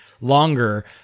longer